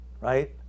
right